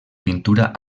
pintura